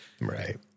Right